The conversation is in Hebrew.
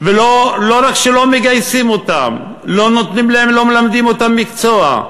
ולא רק שלא מגייסים אותם, לא מלמדים אותם מקצוע.